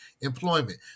employment